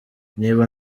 niba